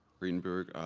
greenberg.